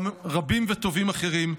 גם רבים וטובים אחרים,